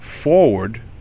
forward